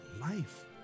life